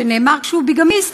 כשנאמר שהוא ביגמיסט,